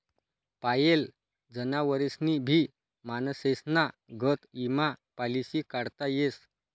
पायेल जनावरेस्नी भी माणसेस्ना गत ईमा पालिसी काढता येस